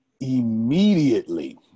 Immediately